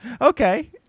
okay